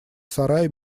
сарай